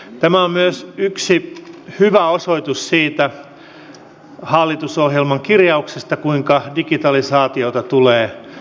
tämä on myös yksi hyvä osoitus siitä hallitusohjelman kirjauksesta kuinka digitalisaatiota tulee edistää